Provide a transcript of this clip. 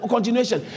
Continuation